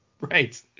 right